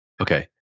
Okay